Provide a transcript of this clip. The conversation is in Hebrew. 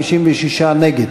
56 נגד.